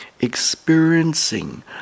experiencing